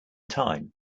time